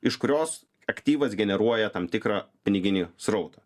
iš kurios aktyvas generuoja tam tikrą piniginį srautą